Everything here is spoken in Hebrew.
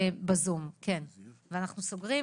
ואנחנו סוגרים.